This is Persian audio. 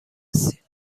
هستی